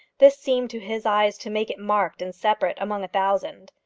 this seemed to his eyes to make it marked and separate among a thousand.